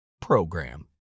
PROGRAM